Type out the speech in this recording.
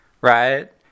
right